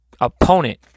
opponent